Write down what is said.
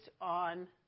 on